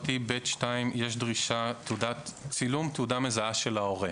4א.(ב)(2) יש דרישה לצילום תעודה מזהה של ההורה.